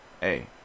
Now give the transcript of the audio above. hey